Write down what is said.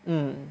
mm